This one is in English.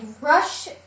rush